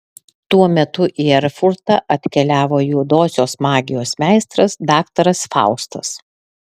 tuo metu į erfurtą atkeliavo juodosios magijos meistras daktaras faustas